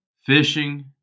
fishing